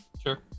Sure